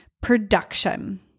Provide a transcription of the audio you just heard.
production